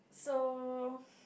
so